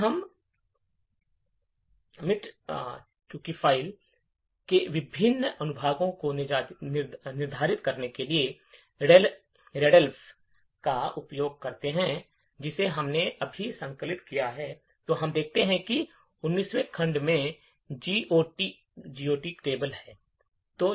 यदि हम मिट चुकी फ़ाइल के विभिन्न अनुभागों को निर्धारित करने के लिए रीडफ़ का उपयोग करते हैं जिसे हमने अभी संकलित किया है तो हम देखते हैं कि 19 वें खंड में जीओटी तालिका है